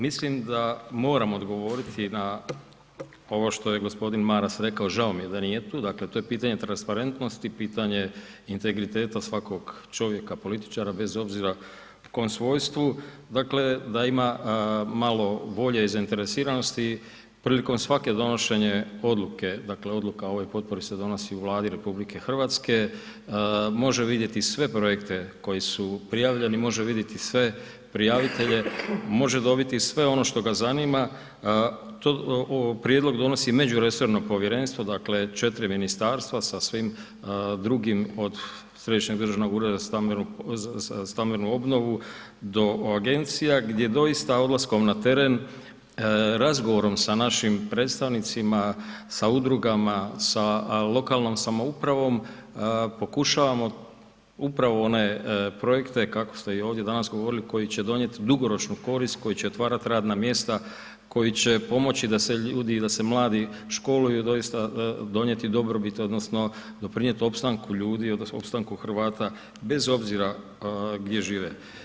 Mislim da moram odgovoriti na ovo što je g. Maras rekao, žao mi je da nije tu, dakle to je pitanje transparentnosti, pitanje integriteta svakog čovjeka političara bez obzira u kom svojstvu, dakle da ima malo volje i zainteresiranosti prilikom svake donošenje odluke, dakle odluka o ovoj potpori se donosi u Vladi RH, može vidjeti sve projekte koji su prijavljeni, može vidjeti sve prijavitelje, može dobiti sve ono što ga zanima, prijedlog donosi međuresorno povjerenstvo, dakle 4 ministarstva sa svim drugim od Središnjeg državnog ureda za stambenu obnovu do agencija gdje doista odlaskom na teren, razgovorom sa našim predstavnicima, sa udrugama, sa lokalnom samoupravom, pokušavamo upravo one projekte kako ste i ovdje danas govorili, koji će donijet dugoročnu korist, koji će otvarat radna mjesta, koji će pomoći da se ljudi i da se mladi školuju doista donijeti dobrobit odnosno doprinijet opstanku ljudi odnosno opstanku Hrvata bez obzira gdje žive.